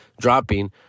dropping